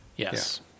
yes